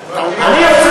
כדי שיהיה לך הון,